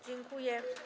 Dziękuję.